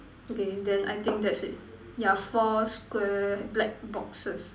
okay then I think that's it yeah four square black boxes